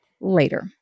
Later